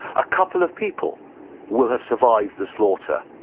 a couple of people will have survived the slaughter,